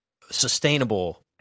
sustainable